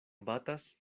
batas